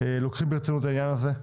לוקחים ברצינות את העניין הזה.